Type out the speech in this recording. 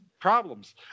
problems